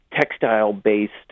textile-based